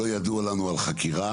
לא ידוע לנו על חקירה.